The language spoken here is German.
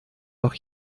noch